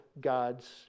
God's